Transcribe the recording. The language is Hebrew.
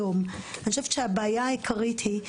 אני מסכימה איתך.